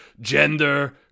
gender